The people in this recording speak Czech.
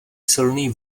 silný